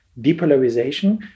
depolarization